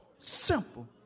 simple